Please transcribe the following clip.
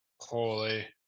Holy